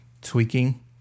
tweaking